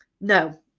No